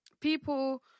people